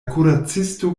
kuracisto